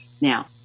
now